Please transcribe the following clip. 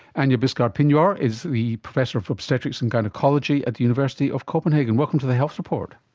and bisgaard pinborg is the professor of obstetrics and gynaecology at the university of copenhagen. welcome to the health report.